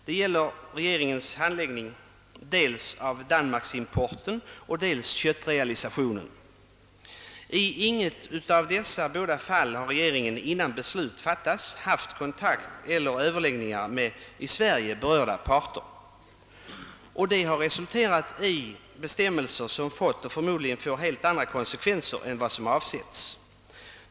Det gäller regeringens handläggning av dels Danmarks-importen, dels köttrealisationen. I intet av dessa båda fall har regeringen innan beslut fattades tagit kontakt eller haft överläggningar med i Sverige berörda parter. Det har resulterat i bestämmelser som fått och förmodligen kommer att få helt andra konsekvenser än vad som avsetts.